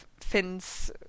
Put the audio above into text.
Finn's